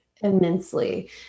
immensely